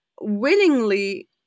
willingly